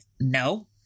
No